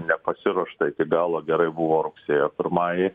nepasiruošta iki galo gerai buvo rugsėjo pirmajai